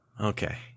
Okay